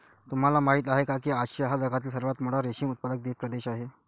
तुम्हाला माहिती आहे का की आशिया हा जगातील सर्वात मोठा रेशीम उत्पादक प्रदेश आहे